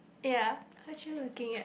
ya what you looking at